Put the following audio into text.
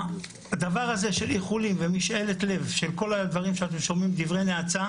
הדבר הזה של איחולים ומשאלת לב של כל הדברים שאנחנו שומעים דברי נאצה,